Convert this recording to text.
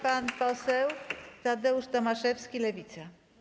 Pan poseł Tadeusz Tomaszewski, Lewica.